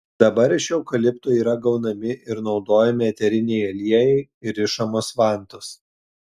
dabar iš eukalipto yra gaunami ir naudojami eteriniai aliejai ir rišamos vantos